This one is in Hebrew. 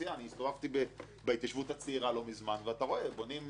הסתובבתי בהתיישבות הצעירה לא מזמן ואתה רואה בונים בתים